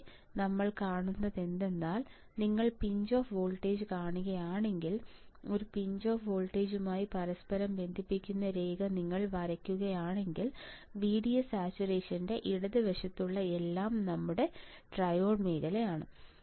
ഇവിടെ നമ്മൾ കാണുന്നതെന്തെന്നാൽ നിങ്ങൾ പിഞ്ച് ഓഫ് വോൾട്ടേജ് കാണുകയാണെങ്കിൽ ഒരു പിഞ്ച് ഓഫ് വോൾട്ടേജുമായി പരസ്പരം ബന്ധിപ്പിക്കുന്ന രേഖ നിങ്ങൾ വരയ്ക്കുകയാണെങ്കിൽ VDS സാച്ചുറേഷന്റെ ഇടതുവശത്തുള്ള എല്ലാം നമ്മുടെ ട്രയോഡ് മേഖലയാണ്